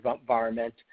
environment